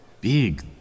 big